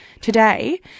today